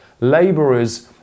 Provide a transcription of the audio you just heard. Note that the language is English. laborers